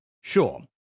Sure